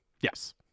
Yes